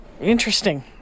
interesting